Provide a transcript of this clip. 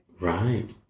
Right